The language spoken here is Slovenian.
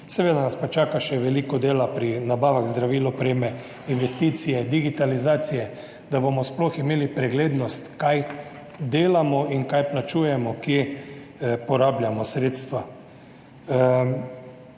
Seveda nas pa čaka še veliko dela pri nabavah zdravil, opreme, investicije, digitalizacije, da bomo sploh imeli preglednost, kaj delamo in kaj plačujemo, kje porabljamo sredstva.